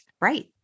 Right